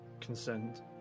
consent